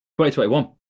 2021